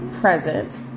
present